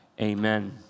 Amen